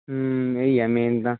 ਹਮ ਇਹੀ ਆ ਮੇਨ ਤਾਂ